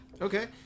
Okay